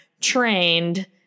trained